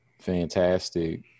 fantastic